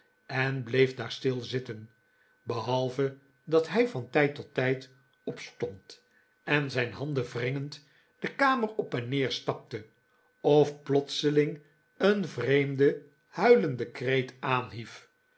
en bleef daar stil zitten behalve dat hij van tijd tot tijd opstond en zijn handen wringend de kamer op en neer stapte of plotseling een vreemden huilenden kreet aanhief